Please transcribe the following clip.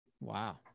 Wow